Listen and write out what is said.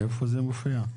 איפה זה מופיע?